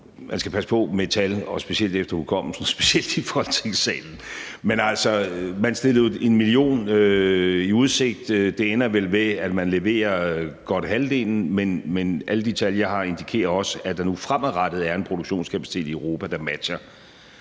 Man skal passe på med tal – specielt efter sin hukommelse og specielt i Folketingssalen – men man stillede jo en million i udsigt, og det ender vel med, at man leverer godt halvdelen. Men alle de tal, jeg har, indikerer også, at der nu fremadrettet er en produktionskapacitet i Europa, der matcher